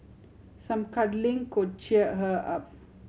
some cuddling could cheer her up